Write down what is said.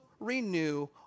renew